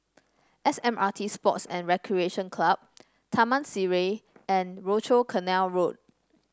S M R T Sports and Recreation Club Taman Sireh and Rochor Canal Road